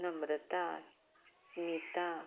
Namrata Smita